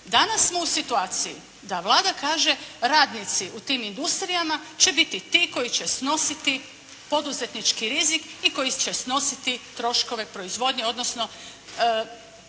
Danas smo u situaciji da Vlada kaže radnici u tim industrijama će biti ti koji će snositi poduzetnički rizik i koji će snositi troškove proizvodnje, odnosno